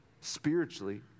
spiritually